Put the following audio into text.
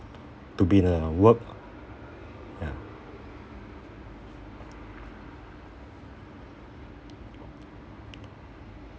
to be in a work ya